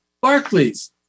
Barclays